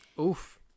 Oof